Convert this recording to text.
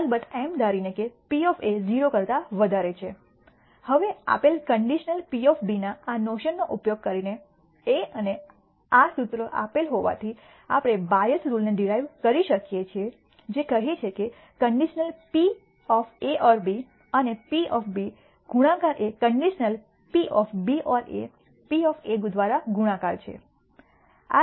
અલબત્ત એમ ધારીને કે P 0 કરતા વધારે છે હવે આપેલ કન્ડિશનલ P ના આ નોશન નો ઉપયોગ કરીને A અને આ સૂત્ર આપેલા હોવા થી આપણે બાયસ રુલ ને ડીરાઈવ કરી શકીએ છીએ જે કહે છે કન્ડિશનલ PA|B અને P ગુણાકાર એ કન્ડિશનલ PB | A P દ્વારા ગુણાકાર છે